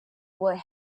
were